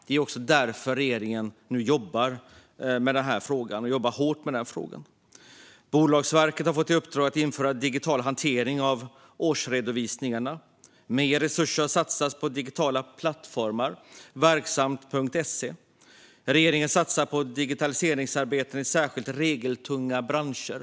Det är därför regeringen nu jobbar med den här frågan, och jobbar hårt med frågan. Bolagsverket har fått i uppdrag att införa digital hantering av årsredovisningarna. Mer resurser har satsats på den digitala plattformen verksam.se. Regeringen satsar på digitaliseringsarbete i särskilt regeltunga branscher.